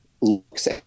looks